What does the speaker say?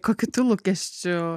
kokių tu lūkesčių